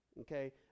okay